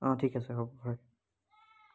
অঁ ঠিক আছে হ'ব হয়